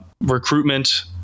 recruitment